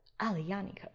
Alianico